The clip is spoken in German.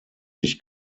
sich